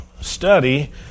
study